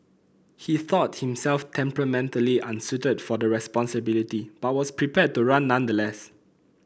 he thought himself temperamentally unsuited for the responsibility but was prepared to run nonetheless